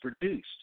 produced